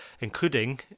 including